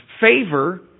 favor